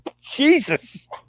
Jesus